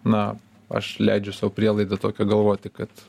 na aš leidžiu sau prielaidą tokią galvoti kad